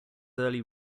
early